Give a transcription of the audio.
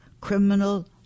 criminal